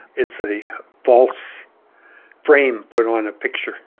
it's a false frame put on a picture